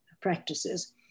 practices